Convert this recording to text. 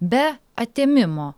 be atėmimo